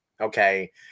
Okay